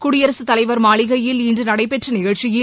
குடியரசுத் தலைவர் மாளிகையில் இன்று நடைபெற்ற நிகழ்ச்சியில்